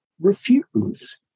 refuse